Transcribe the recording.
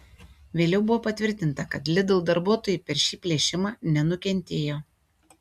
vėliau buvo patvirtinta kad lidl darbuotojai per šį plėšimą nenukentėjo